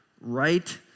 right